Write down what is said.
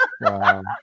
wow